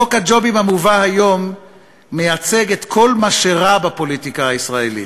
חוק הג'ובים המובא היום מייצג את כל מה שרע בפוליטיקה הישראלית.